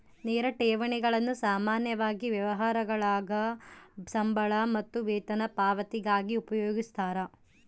ನೇರ ಠೇವಣಿಗಳನ್ನು ಸಾಮಾನ್ಯವಾಗಿ ವ್ಯವಹಾರಗುಳಾಗ ಸಂಬಳ ಮತ್ತು ವೇತನ ಪಾವತಿಗಾಗಿ ಉಪಯೋಗಿಸ್ತರ